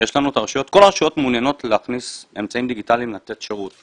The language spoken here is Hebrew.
כל הרשויות מעוניינות להכניס אמצעים דיגיטליים לתת שירות,